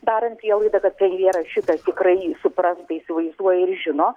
darant prielaidą kad premjeras šitą tikrai supranta įsivaizduoja ir žino